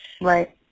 Right